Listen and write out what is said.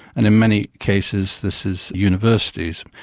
and in many cases this is universities.